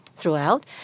throughout